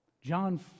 John